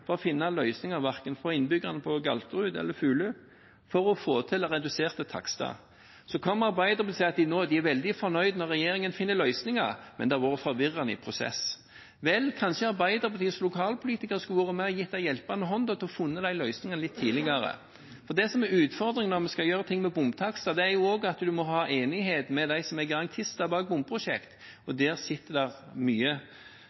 for å finne løsninger – verken for innbyggerne på Galterud eller på Fulu – for å få til reduserte takster. Så kommer Arbeiderpartiet og sier at de er veldig fornøyd når regjeringen finner løsninger, men at det har vært en forvirrende prosess. Vel, kanskje Arbeiderpartiets lokalpolitikere skulle vært med og gitt en hjelpende hånd for å finne de løsningene litt tidligere. Det som er utfordringen når vi skal gjøre noe med bomtakstene, er at en må få til enighet med dem som er garantister bak